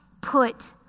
put